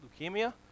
leukemia